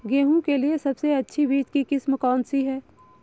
गेहूँ के लिए सबसे अच्छी बीज की किस्म कौनसी है?